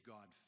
God